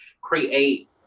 create